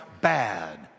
bad